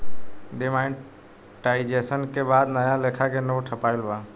demonetisation के बाद नया लेखा के नोट छपाईल बा